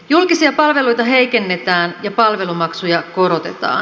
julkisia palveluita heikennetään ja palvelumaksuja korotetaan